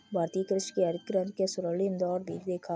भारतीय कृषि ने हरित क्रांति का स्वर्णिम दौर भी देखा